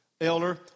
elder